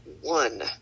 one